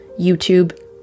YouTube